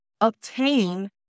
obtain